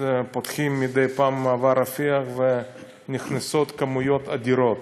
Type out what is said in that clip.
פותחים מדי פעם את מעבר רפיח ונכנסות כמויות אדירות.